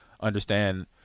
understand